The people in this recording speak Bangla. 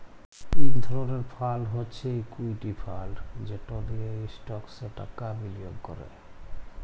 ইক ধরলের ফাল্ড হছে ইকুইটি ফাল্ড যেট দিঁয়ে ইস্টকসে টাকা বিলিয়গ ক্যরে